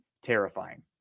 terrifying